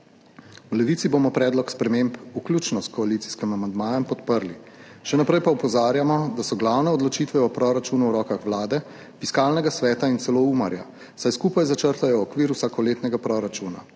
V Levici bomo predlog sprememb vključno s koalicijskim amandmajem podprli. Še naprej pa opozarjamo, da so glavne odločitve o proračunu v rokah Vlade, Fiskalnega sveta in celo Umarja, saj skupaj začrtajo okvir vsakoletnega proračuna,